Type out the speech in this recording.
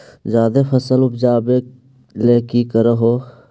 जादे फसल उपजाबे ले की कर हो?